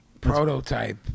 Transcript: prototype